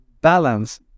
balance